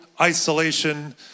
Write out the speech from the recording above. isolation